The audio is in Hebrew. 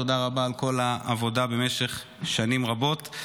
תודה רבה על כל העבודה במשך שנים רבות.